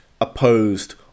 opposed